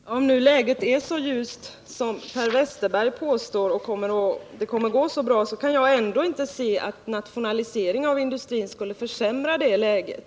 Herr talman! Om nu läget är så ljust som Per Westerberg påstår och det kommer att gå så bra, kan jag ändå inte se att en nationalisering av bilindustrin skulle försämra det läget.